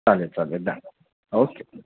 चालेल चालेल दा ओके